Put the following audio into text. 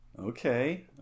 Okay